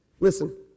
Listen